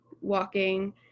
walking